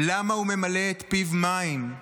למה הוא ממלא את פיו מים?